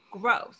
growth